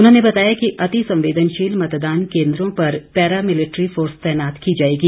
उन्होंने बताया कि अति संवेदनशील मतदान केंद्रों पर पैरामिलिट्री फोर्स तैनात की जाएगी